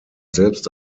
selbst